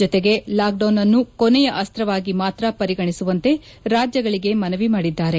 ಜತೆಗೆ lockdown ಅನ್ನು ಕೊನೆಯ ಅಸ್ತವಾಗಿ ಮಾತ್ರ ಪರಿಗಣಿಸುವಂತೆ ರಾಜ್ಯಗಳಿಗೆ ಮನವಿ ಮಾಡಿದ್ದಾರೆ